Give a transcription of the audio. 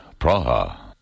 Praha